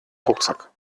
rucksack